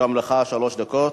גם לך שלוש דקות.